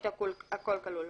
אני מתכנית "הכול כלול".